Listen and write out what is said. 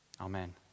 Amen